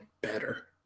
better